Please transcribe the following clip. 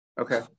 Okay